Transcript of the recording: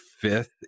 fifth